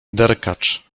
derkacz